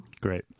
great